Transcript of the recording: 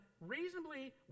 reasonably